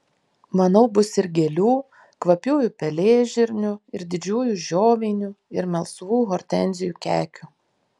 manau bus ir gėlių kvapiųjų pelėžirnių ir didžiųjų žioveinių ir melsvų hortenzijų kekių